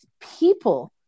people